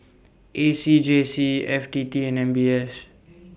A C J C F T T and M B S